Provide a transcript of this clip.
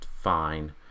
fine